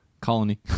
Colony